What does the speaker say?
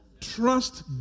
Trust